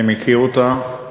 אני מכיר אותה.